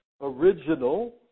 original